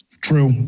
True